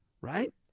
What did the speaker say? right